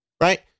Right